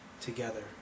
together